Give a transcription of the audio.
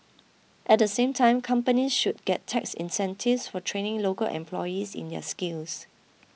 at the same time companies should get tax incentives for training local employees in these skills